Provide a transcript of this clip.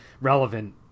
relevant